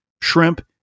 shrimp